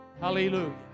Hallelujah